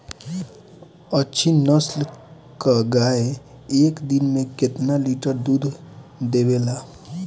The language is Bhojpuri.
अच्छी नस्ल क गाय एक दिन में केतना लीटर दूध देवे ला?